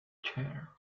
chair